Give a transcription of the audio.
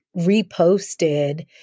reposted